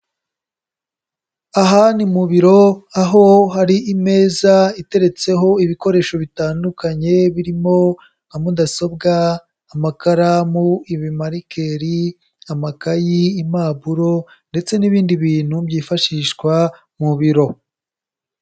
Aha ni mu biro aho hari imeza iteretseho ibikoresho bitandukanye birimo nka mudasobwa, amakaramu, ibimarikeri, amakayi impapuro ndetse n'ibindi bintu byifashishwa mu biro.